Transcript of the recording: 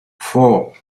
four